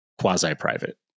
quasi-private